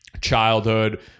childhood